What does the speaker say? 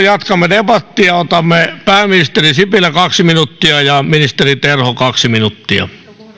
jatkamme debattia otamme pääministeri sipilän kaksi minuuttia ja ministeri terhon kaksi minuuttia